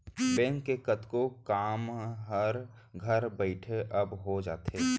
bank के कतको काम हर घर बइठे अब हो जाथे